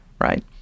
right